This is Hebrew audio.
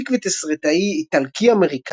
מפיק ותסריטאי איטלקי-אמריקני,